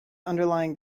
underlying